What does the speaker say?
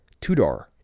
Tudor